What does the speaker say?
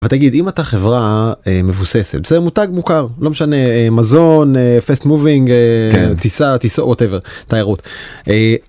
תגיד אם אתה חברה מבוססת מותג מוכר לא משנה מזון fast moving טיסה טיסות תיירות.